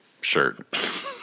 shirt